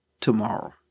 tomorrow